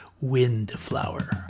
Windflower